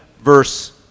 verse